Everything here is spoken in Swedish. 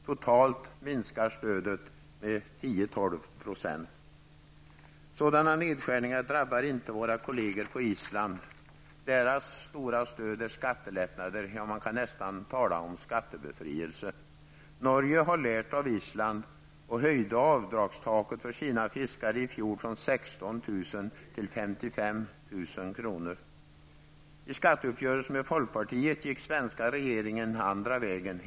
Totalt minskar stödet med 10-- Sådana nedskärningar drabbar inte våra kolleger på Island. Deras stora stöd är skattelättnader. Ja, man kan nästan tala om skattebefrielse. Norge har lärt av Island och höjde i fjol avdragstaket för sina fiskare från 16 000 till 55 000 I skatteuppgörelsen med folkpartiet gick den svenska regeringen andra vägen.